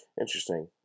Interesting